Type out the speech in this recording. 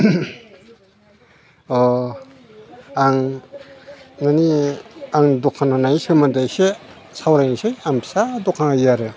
आं न'नि आं दखान होनाय सोमोन्दै एसे सावरायनोसै आं फिसा दखान होयो आरो